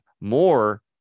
more